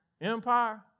Empire